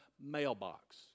mailbox